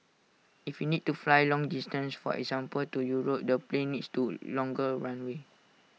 if we need to fly long distance for example to Europe the plane needs to longer runway